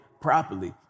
properly